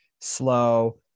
slow